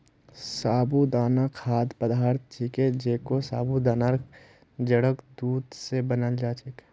साबूदाना खाद्य पदार्थ छिके जेको साबूदानार जड़क दूध स बनाल जा छेक